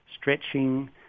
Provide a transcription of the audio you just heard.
stretching